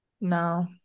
no